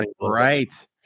Right